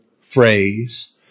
phrase